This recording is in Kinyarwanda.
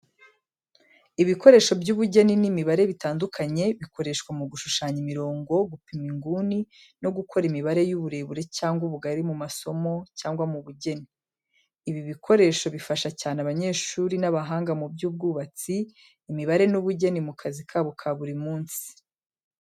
Ibikoresho by’ubugeni n’imibare bitandukanye, bikoreshwa mu gushushanya imirongo, gupima inguni no gukora imibare y’uburebure cyangwa ubugari mu masomo cyangwa mu bugeni. Ibi bikoresho bifasha cyane abanyeshuri n’abahanga mu by’ubwubatsi, imibare n’ubugeni mu kazi kabo ka buri munsi.